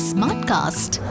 Smartcast